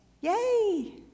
Yay